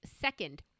second